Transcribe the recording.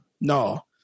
No